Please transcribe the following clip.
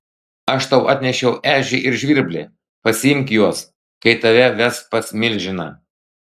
aš tau atnešiau ežį ir žvirblį pasiimk juos kai tave ves pas milžiną